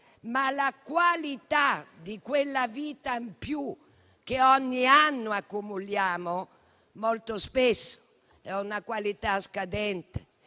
ma la qualità di quella vita in più che ogni anno accumuliamo molto spesso è scadente,